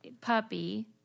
Puppy